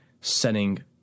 setting